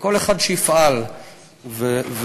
וכל אחד שיפעל ולא